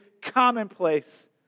commonplace